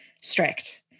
strict